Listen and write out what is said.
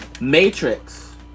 matrix